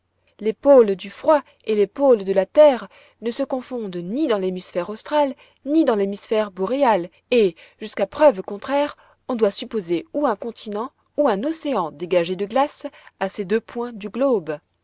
les pôles du froid et les pôles de la terre ne se confondent ni dans l'hémisphère austral ni dans l'hémisphère boréal et jusqu'à preuve contraire on doit supposer ou un continent ou un océan dégagé de glaces à ces deux points du globe